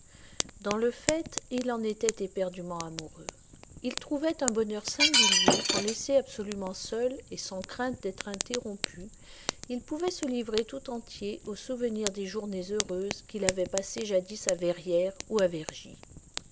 dans le fait il en était éperdument amoureux il trouvait un bonheur singulier quand laissé absolument seul et sans crainte d'être interrompu il pouvait se livrer tout entier au souvenir des journées heureuses qu'il avait passées jadis à verrières ou à